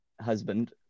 husband